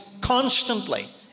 constantly